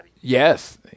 Yes